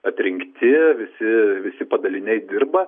atrinkti visi visi padaliniai dirba